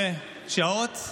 13 שעות?